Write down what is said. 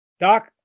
Doc